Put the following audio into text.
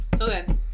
Okay